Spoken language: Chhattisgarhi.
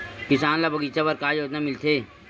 किसान ल बगीचा बर का योजना मिलथे?